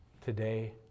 today